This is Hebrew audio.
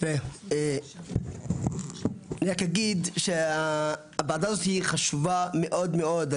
תראה, רק אגיד שהוועדה הזאת היא חשובה מאוד מאוד.